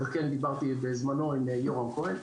אבל כן דיברתי בזמנו עם יורם כהן.